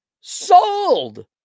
Sold